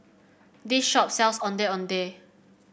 this shop sells Ondeh Ondeh